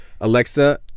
Alexa